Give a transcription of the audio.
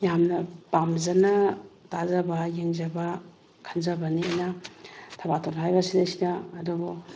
ꯌꯥꯝꯅ ꯄꯥꯝꯖꯅ ꯇꯥꯖꯕ ꯌꯦꯡꯖꯕ ꯈꯟꯖꯕꯅꯤꯅ ꯊꯕꯥꯇꯣꯟ ꯍꯥꯏꯔꯤꯕꯁꯤꯗꯩꯁꯤꯗ ꯑꯗꯨꯕꯨ